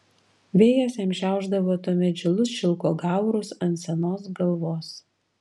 vėjas jam šiaušdavo tuomet žilus šilko gaurus ant senos galvos